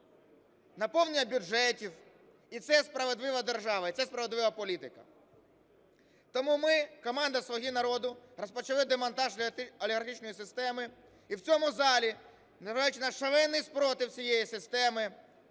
наповнення бюджетів. І це справедлива держава, і це справедлива політика. Тому ми, команда "Слуга народу", розпочали демонтаж олігархічної системи і в цьому залі, незважаючи на шалений спротив цієї системи